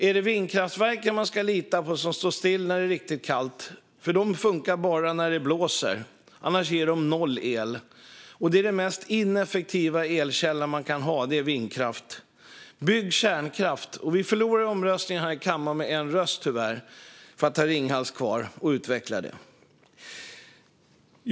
Är det vindkraftverken man ska lita på, som står stilla när det är riktigt kallt? De funkar bara när det blåser. Annars ger de noll el. Vindkraft är den mest ineffektiva elkälla man kan ha. Bygg kärnkraft! Vi förlorade tyvärr omröstningen här i kammaren med en röst, om att ha kvar och utveckla Ringhals.